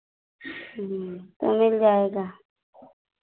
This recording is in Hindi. तो मिल जाएगा